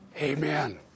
Amen